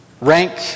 Rank